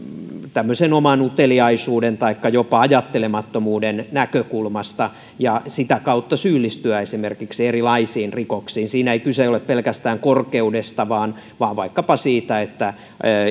tämmöisen oman uteliaisuuden taikka jopa ajattelemattomuuden näkökulmasta ja sitä kautta syyllistyä esimerkiksi erilaisiin rikoksiin siinä ei kyse ole pelkästään korkeudesta vaan vaan vaikkapa siitä että